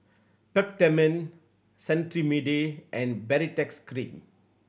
Peptamen Cetrimide and Baritex Cream